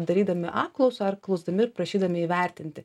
darydami apklausą ar klausdami ir prašydami įvertinti